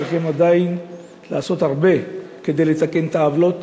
צריכים עדיין לעשות הרבה כדי לתקן את העוולות